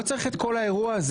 לא צריך את כל האירוע הזה.